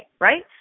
right